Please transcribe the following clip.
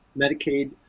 Medicaid